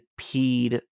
peed